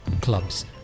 clubs